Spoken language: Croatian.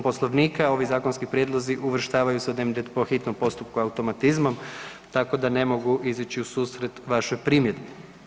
Poslovnika ovi zakonski prijedlozi uvrštavaju se u dnevni red po hitnom postupku automatizmom, tako da ne mogu izići u susret vašoj primjedbi.